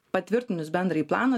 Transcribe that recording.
patvirtinus bendrąjį planą